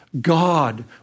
God